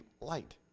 light